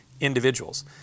individuals